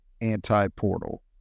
anti-portal